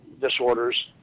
disorders